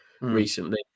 recently